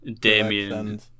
Damien